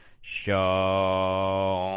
show